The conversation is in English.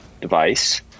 device